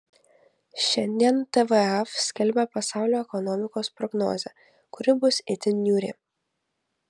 šiandien tvf skelbia pasaulio ekonomikos prognozę kuri bus itin niūri